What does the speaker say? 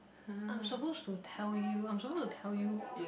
I'm supposed to tell you I'm supposed to tell you